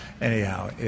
Anyhow